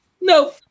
No